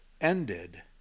ended